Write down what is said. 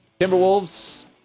Timberwolves